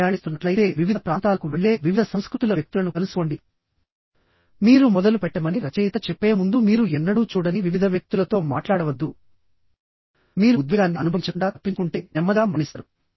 మీరు ప్రయాణిస్తున్నట్లయితే వివిధ ప్రాంతాలకు వెళ్లే వివిధ సంస్కృతుల వ్యక్తులను కలుసుకోండి మీరు మొదలు పెట్టమని రచయిత చెప్పే ముందు మీరు ఎన్నడూ చూడని వివిధ వ్యక్తులతో మాట్లాడవద్దు మీరు ఉద్వేగాన్ని అనుభవించకుండా తప్పించుకుంటే నెమ్మదిగా మరణిస్తారు